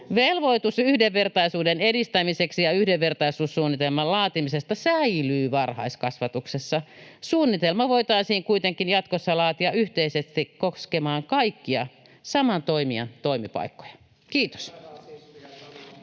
Velvoitus yhdenvertaisuuden edistämisestä ja yhdenvertaisuussuunnitelman laatimisesta säilyy varhaiskasvatuksessa. Suunnitelma voitaisiin kuitenkin jatkossa laatia yhteisesti koskemaan kaikkia saman toimijan toimipaikkoja. — Kiitos.